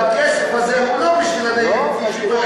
הכסף הזה הוא לא בשביל מי שדואג,